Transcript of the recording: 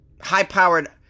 high-powered